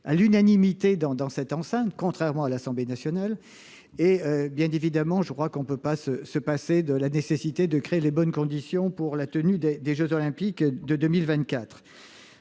à l'unanimité dans cette enceinte, contrairement à l'Assemblée nationale. On ne peut pas se dédouaner de la nécessité de créer les bonnes conditions pour la tenue des jeux Olympiques de 2024